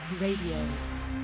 radio